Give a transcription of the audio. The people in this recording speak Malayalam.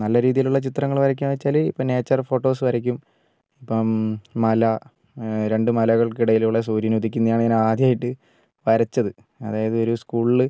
നല്ല രീതിയിലുള്ള ചിത്രങ്ങൾ വരയ്ക്കാന്നുവച്ചാല് ഇപ്പ നേച്ചർ ഫോട്ടോസ് വരയ്ക്കും ഇപ്പം മല രണ്ടു മലകൾക്കിടയിലുള്ള സൂര്യനുദിക്കുന്നതാണ് ഞാൻ ആദ്യായിട്ട് വരച്ചത് അതായത് ഒരു സ്കൂളില്